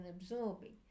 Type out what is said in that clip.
absorbing